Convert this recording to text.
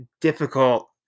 difficult